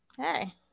Hey